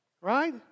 right